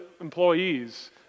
employees